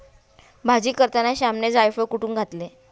भाजी करताना श्यामने जायफळ कुटुन घातले